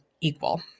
equal